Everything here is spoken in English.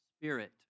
spirit